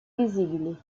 visibili